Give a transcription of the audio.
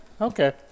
okay